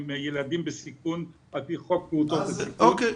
ילדים בסיכון על פי חוק פעוטות בסיכון,